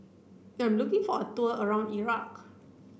I'm looking for a tour around Iraq